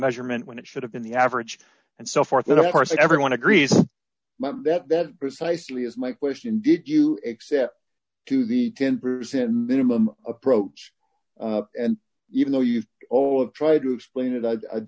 measurement when it should have been the average and so forth and of course everyone agrees that that precisely is my question did you accept to the ten percent minimum approach and even though you've all of tried to explain it i'd